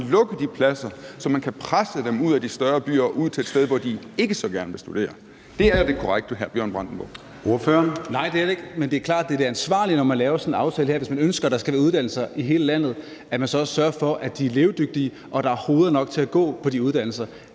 man lukke de pladser, så man kan presse dem ud af de større byer og ud til et sted, hvor de ikke så gerne vil studere. Det er det korrekte, hr. Bjørn Brandenborg. Kl. 12:56 Formanden (Søren Gade): Ordføreren. Kl. 12:56 Bjørn Brandenborg (S): Nej, det er det ikke. Men det er klart, at det er det ansvarlige, når man laver sådan en aftale her, hvis man ønsker, at der skal være uddannelser i hele landet, at man så også sørger for, at de er levedygtige, og at der er hoveder nok til at gå på de uddannelser.